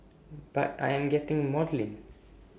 but I am getting maudlin